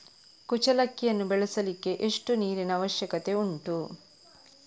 ಕುಚ್ಚಲಕ್ಕಿಯನ್ನು ಬೆಳೆಸಲಿಕ್ಕೆ ಎಷ್ಟು ನೀರಿನ ಅವಶ್ಯಕತೆ ಉಂಟು?